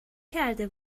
کرده